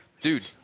dude